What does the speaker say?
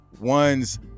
One's